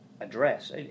address